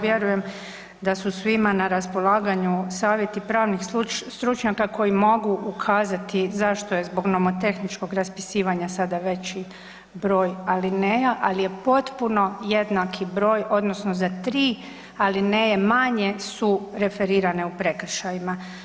Vjerujem da su svima na raspolaganju savjeti pravnih stručnjaka koji mogu ukazati zašto je zbog nomotehničkog raspisivanja sada veći broj alineja, ali je potpuno jednaki broj odnosno za tri alineje manje su referirane u prekršajima.